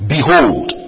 Behold